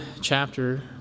chapter